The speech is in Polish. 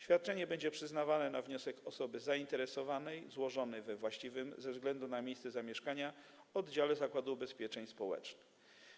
Świadczenie będzie przyznawane na wniosek osoby zainteresowanej, złożony we właściwym ze względu na miejsce zamieszkania oddziale Zakładu Ubezpieczeń Społecznych.